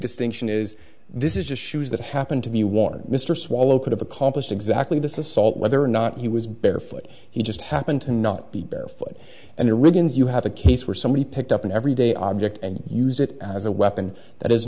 distinction is this is just shoes that happened to me was mr swallow could have accomplished exactly this is salt whether or not he was barefoot he just happened to not be barefoot and there riggins you have a case where somebody picked up an everyday object and used it as a weapon that is